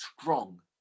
strong